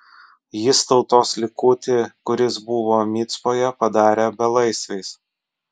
jis tautos likutį kuris buvo micpoje padarė belaisviais